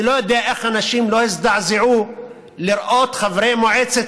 אני לא יודע איך אנשים לא הזדעזעו לראות חברי מועצת